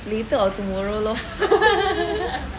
later of tomorrow lor